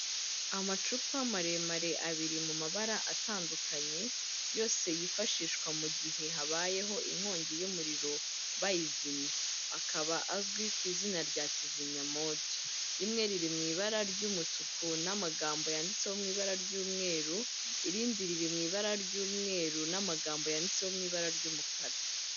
Amacupa maremare abiri mu mabara atandukanye, yose yifashishwa mu gihe habayeho inkongi y'umuriro bayizimya. Akaba azwi ku izina rya kizimyamoto, rimwe riri mu ibara ry'umutuku n'amagambo yanditseho ibara ry'umweru, irindi riri mu ibara ry'umweru n'amagambo yanditseho mu ibara ry'umukara.